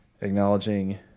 acknowledging